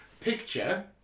picture